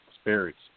spirits